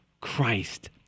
Christ